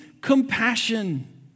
compassion